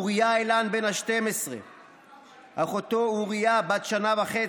אוריה אילן בן ה-12 ואחותו אוריה בת השנה וחצי,